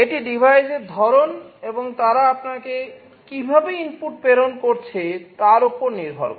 এটি ডিভাইসের ধরণের এবং তারা আপনাকে কীভাবে ইনপুট প্রেরণ করছে তার উপর নির্ভর করে